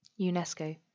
UNESCO